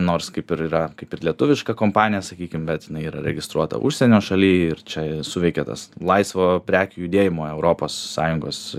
nors kaip ir yra kaip ir lietuviška kompanija sakykim bet jinai yra registruota užsienio šaly ir čia suveikia tas laisvo prekių judėjimo europos sąjungos